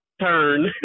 turn